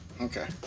Okay